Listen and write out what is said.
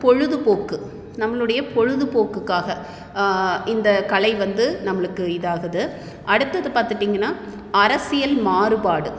பொழுதுபோக்கு நம்மளுடைய பொழுதுபோக்குக்காக இந்த கலை வந்து நம்மளுக்கு இதாகுது அடுத்தது பாத்துட்டிங்கன்னா அரசியல் மாறுபாடு